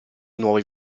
nuovi